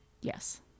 yes